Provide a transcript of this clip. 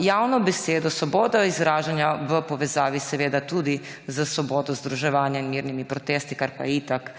javno besedo, svobodo izražanja v povezavi tudi s svobodo združevanja in mirnimi protesti, kar pa je itak